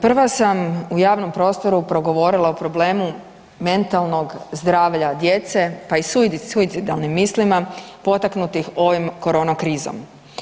Prva sam u javnom prostoru progovorila o problemu mentalnog zdravlja djece, pa i suicidalnim mislima potaknutih ovom korona krizom.